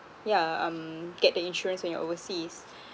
yeah um get the insurance when you're overseas